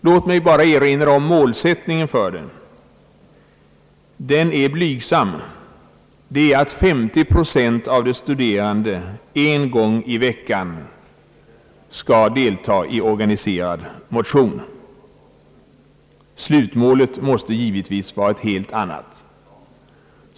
Låt mig bara erinra om målsättningen för denna verksamhet. Den är blygsam — 50 procent av de studerande skall en gång i veckan delta i organiserad motion. Slutmålet måste givetvis vara ett helt annat.